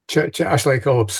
čia aš laikau absurdu